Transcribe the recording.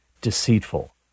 deceitful